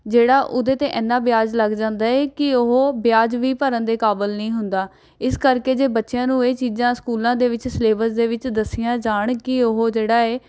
ਜਿਹੜਾ ਉਹਦੇ 'ਤੇ ਐਨਾ ਵਿਆਜ ਲੱਗ ਜਾਂਦਾ ਹੈ ਕਿ ਉਹ ਵਿਆਜ ਵੀ ਭਰਨ ਦੇ ਕਾਬਲ ਨਹੀਂ ਹੁੰਦਾ ਇਸ ਕਰਕੇ ਜੇ ਬੱਚਿਆਂ ਨੂੰ ਇਹ ਚੀਜ਼ਾਂ ਸਕੂਲਾਂ ਦੇ ਵਿੱਚ ਸਿਲੇਬਸ ਦੇ ਵਿੱਚ ਦੱਸੀਆਂ ਜਾਣ ਕਿ ਉਹ ਜਿਹੜਾ ਹੈ